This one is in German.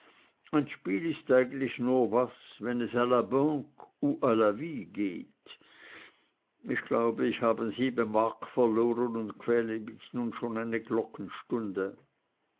ein spiel ist eigentlich nur was wenn es la banque ou la vie geht ich glaub ich habe sieben mark verloren und quäle mich nun schon eine